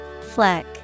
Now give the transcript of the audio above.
Fleck